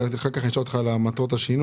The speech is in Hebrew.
ואחר כך אני אשאל אותך על מטרות השינוי.